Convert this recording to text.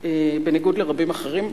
בניגוד לרבים אחרים,